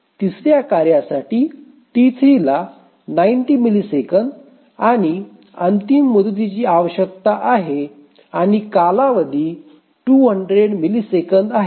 तिसर्या कार्यासाठी T3 ला 90 मिलिसेकंद आणि अंतिम मुदतीची आवश्यकता आहे आणि कालावधी 200 मिलिसेकंद आहे